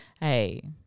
Hey